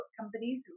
companies